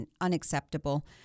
unacceptable